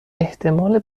احتمال